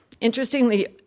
Interestingly